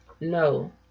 no